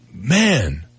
man